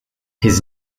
his